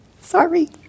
Sorry